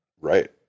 Right